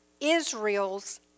Israel's